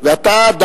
על הוצאת דיבה,